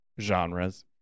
genres